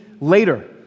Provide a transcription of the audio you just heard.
later